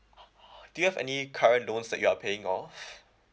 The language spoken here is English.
do you have any current loans that you are paying off